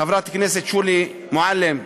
חברת הכנסת שולי מועלם,